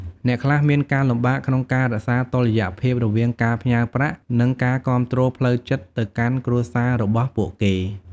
អ្នកខ្លះមានការលំបាកក្នុងការរក្សាតុល្យភាពរវាងការផ្ញើប្រាក់ និងការគាំទ្រផ្លូវចិត្តទៅកាន់គ្រួសាររបស់ពួកគេ។